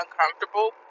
uncomfortable